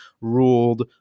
ruled